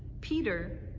Peter